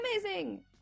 amazing